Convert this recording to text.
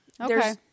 Okay